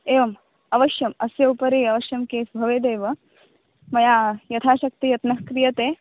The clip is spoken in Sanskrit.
एवम् अवश्यम् अस्य उपरि अवश्यं केस् भवेदेव मया यथाशक्ति यत्नः क्रीयते